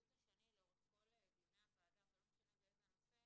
השני לאורך כל דיוני הוועדה ולא משנה באיזה נושא,